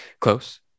Close